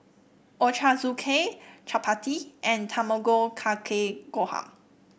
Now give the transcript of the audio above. Ochazuke Chapati and Tamago Kake Gohan